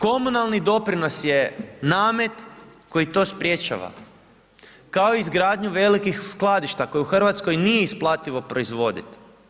Međutim, komunalni doprinos je namet koji to sprječava, kao izgradnju velikih skladišta, koje u Hrvatskoj nije isplativo proizvoditi.